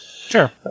sure